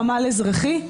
חמ"ל אזרחי.